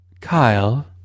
Kyle